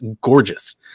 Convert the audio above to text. gorgeous